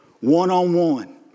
one-on-one